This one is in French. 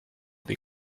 des